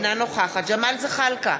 אינה נוכחת ג'מאל זחאלקה,